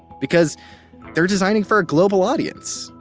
because they're designing for a global audience.